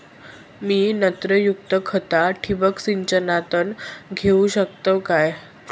मी नत्रयुक्त खता ठिबक सिंचनातना देऊ शकतय काय?